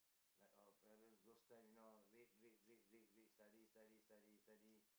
like our parents those time you know read read read read read study study study study